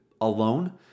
alone